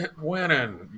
winning